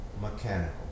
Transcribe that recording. mechanical